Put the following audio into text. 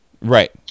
Right